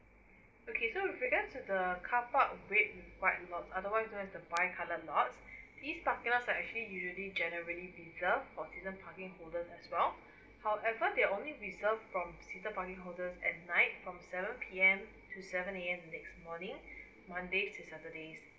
okay so with regards to the car park red and white lot otherwise it have the bi colour lots this parking lots are actually usually generally bigger for season parking holder as well however they're only reserved from season parking holder at night from seven P_M to seven A_M next morning monday to saturday